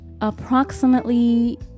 approximately